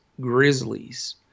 Grizzlies